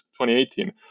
2018